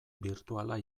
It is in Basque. birtuala